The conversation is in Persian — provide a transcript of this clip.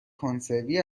کنسروی